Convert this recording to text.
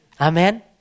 Amen